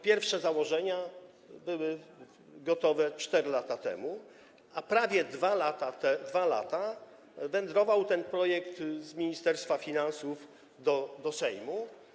Pierwsze założenia były gotowe 4 lata temu, a prawie 2 lata wędrował ten projekt z Ministerstwa Finansów do Sejmu.